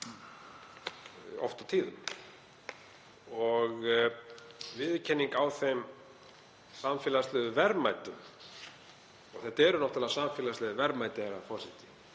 oft og tíðum. Viðurkenning á þeim samfélagslegu verðmætum — þetta eru náttúrlega samfélagsleg verðmæti, herra forseti,